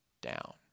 down